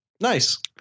Nice